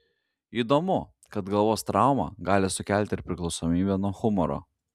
įdomu kad galvos trauma gali sukelti ir priklausomybę nuo humoro